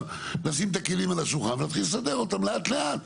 לשים את הכלים על השולחן ולהתחיל לסדר אותם לאט לאט.